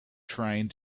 trying